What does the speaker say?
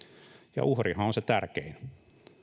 ja uhrihan on se tärkein